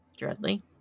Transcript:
Dreadly